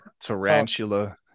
tarantula